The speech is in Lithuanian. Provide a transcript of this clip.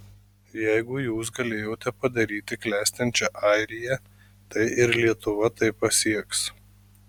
jeigu jūs galėjote padaryti klestinčią airiją tai ir lietuva tai pasieks